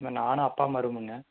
நான் அப்பா வருவேனுங்க